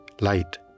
Light